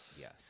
yes